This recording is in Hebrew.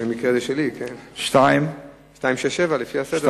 במקרה זה שלי, שאילתא מס' 267, לפי הסדר.